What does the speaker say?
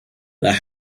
the